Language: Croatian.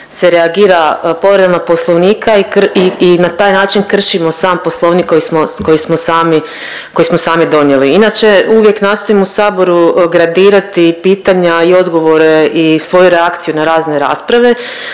se reagira povredama Poslovnika i na taj način kršimo sam Poslovnik koji smo, koji smo sami donijeli. Inače uvijek nastojim u saboru gradirati pitanja i odgovore i svoju reakciju na razne rasprave